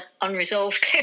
unresolved